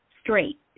straight